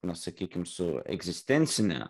na sakykim su egzistencine